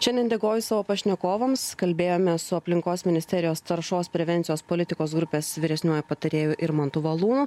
šiandien dėkoju savo pašnekovams kalbėjomės su aplinkos ministerijos taršos prevencijos politikos grupės vyresniuoju patarėju irmantu valūnu